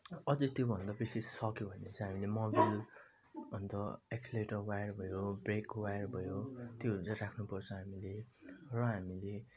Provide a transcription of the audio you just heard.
अझै त्योभन्दा बेसी सक्यो भने चाहिँ हामीले मोबिल अन्त एक्सलेटर वायर भयो ब्रेक वायर भयो त्योहरू चाहिँ राख्नुपर्छ हामीले र हामीले